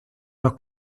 los